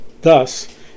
thus